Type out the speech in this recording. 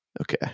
Okay